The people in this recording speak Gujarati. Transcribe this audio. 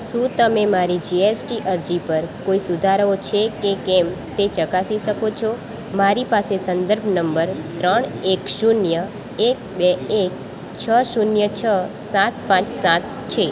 શું તમે મારી જીએસટી અરજી પર કોઈ સુધારો છે કે કેમ તે ચકાસી સકો છો મારી પાસે સંદર્ભ નંબર ત્રણ એક શૂન્ય એક બે એક છ શૂન્ય છ સાત પાંચ સાત છે